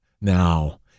Now